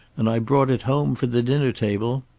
and i brought it home for the dinner table.